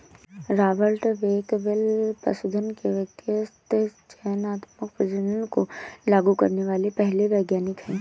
Robert Bakewell पशुधन के व्यवस्थित चयनात्मक प्रजनन को लागू करने वाले पहले वैज्ञानिक है